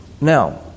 Now